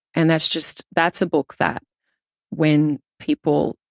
and that's just, that's a book that when people,